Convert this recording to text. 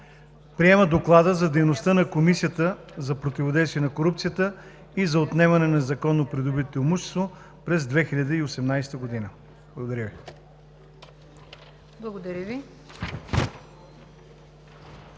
Приема Доклада за дейността на Комисията за противодействие на корупцията и за отнемане на незаконно придобитото имущество през 2018 г.“ Благодаря Ви.